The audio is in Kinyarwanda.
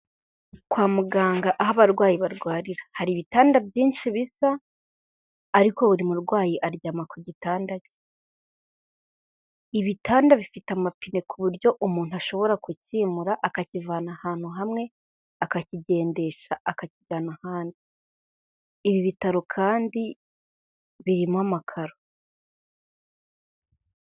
Kwa muganga aho abarwayi barwarira, hari ibitanda byinshi bisa ariko buri murwayi aryama ku gitanda cye, ibitanda bifite amapine ku buryo umuntu ashobora kukimura akakivana ahantu hamwe akakigendesha akakijyana ahandi, ibi bitaro kandi birimo amakaro.